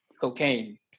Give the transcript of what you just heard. cocaine